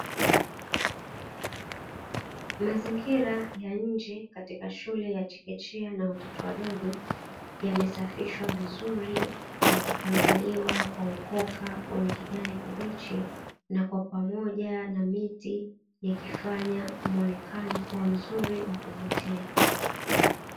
Mazingira ya nje katika shule ya chekechea na watoto wadogo yamesafishwa vizuri na kupangiliwa kwa ukoka wenye kijani kibichi, na kwa pamoja na miti yakifanya mwonekano kuwa mzuri wa kuvutia.